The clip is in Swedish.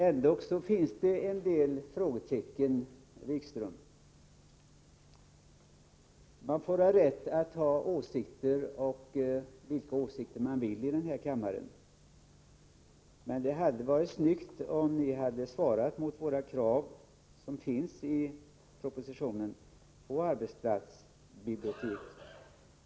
Ändock finns det en del frågetecken, herr Wikström. Man har rätt att ha vilka åsikter man vill i den här kammaren. Men det hade varit snyggt om ni hade ställt er bakom kraven i propositionen på arbetsplatsbibliotek.